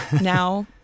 now